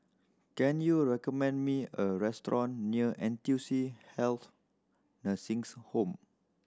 can you recommend me a restaurant near N T U C Health Nursing Home